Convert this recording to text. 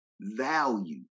value